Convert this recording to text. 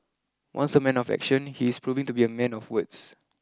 once a man of action he is proving to be a man of words